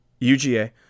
UGA